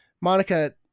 Monica